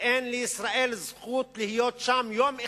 ואין לישראל זכות להיות שם יום אחד,